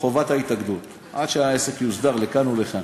חובת ההתאגדות עד שהעסק יוסדר לכאן או לכאן.